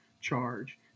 Charge